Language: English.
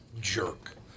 jerk